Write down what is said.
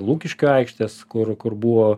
lukiškių aikštės kur kur buvo